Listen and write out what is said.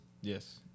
Yes